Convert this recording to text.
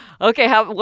Okay